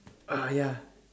ah ya